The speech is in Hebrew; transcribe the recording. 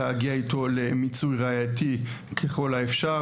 להגיע איתו למיצוי ראייתי ככל האפשר.